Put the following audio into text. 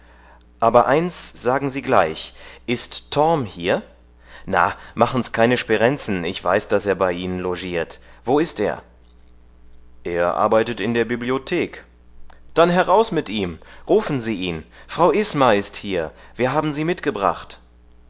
aber eins sagen sie gleich ist torm hier na machen's keine sperenzen ich weiß daß er bei ihnen logiert wo ist er er arbeitet in der bibliothek dann heraus mit ihm rufen sie ihn frau isma ist hier wir haben sie mitgebracht